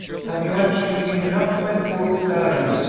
have you actually given up my poor clarence,